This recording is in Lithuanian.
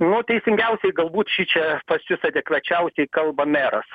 nu teisingiausiai galbūt šičia pas jus adekvačiausiai kalba meras